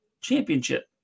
Championship